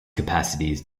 capacities